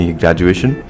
graduation